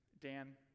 Dan